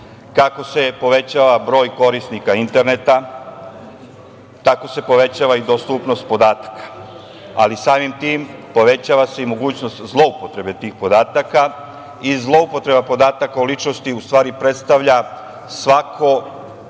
kako se povećava broj korisnika interneta, tako se povećava i dostupnost podataka, ali samim tim, povećava se i mogućnost zloupotrebe tih podataka i zloupotreba podataka o ličnosti u stvari predstavlja svako delanje